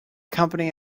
company